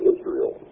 Israel